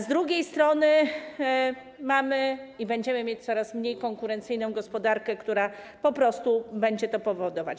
Z drugiej strony mamy i będziemy mieć coraz mniej konkurencyjną gospodarkę, która po prostu będzie to powodować.